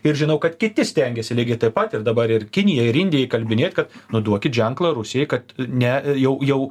ir žinau kad kiti stengėsi lygiai taip pat ir dabar ir kinija ir indija įkalbinėt kad nu duokit ženklą rusijai kad ne jau jau